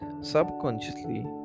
subconsciously